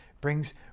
brings